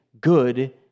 good